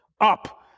up